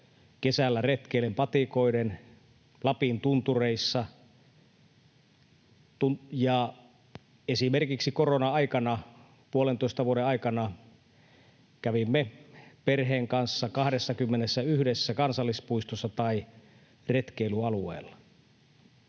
kesällä retkeillen, patikoiden Lapin tuntureissa, ja esimerkiksi korona-aikana, 1,5 vuoden aikana, kävimme perheen kanssa 21 kansallispuistossa tai retkeilyalueella.